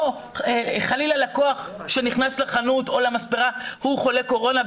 או חלילה לקוח שנכנס לחנות או למספרה הוא חולה קורונה,